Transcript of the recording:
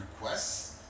requests